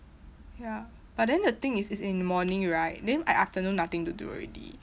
ya but then the thing is it's in the morning right then I afternoon nothing to do already